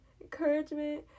encouragement